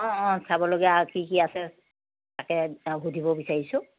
অঁ অঁ চাবলগীয়া কি কি আছে তাকে সুধিব বিচাৰিছোঁ